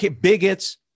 bigots